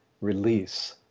release